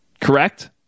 correct